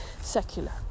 secular